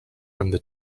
from